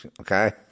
okay